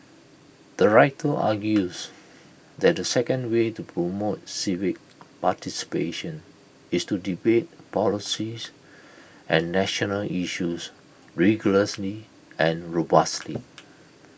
the writer argues that the second way to promote civic participation is to debate policies and national issues rigorously and robustly